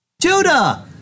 Judah